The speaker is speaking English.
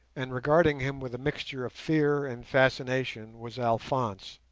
and regarding him with a mixture of fear and fascination, was alphonse.